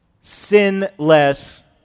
sinless